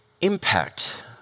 impact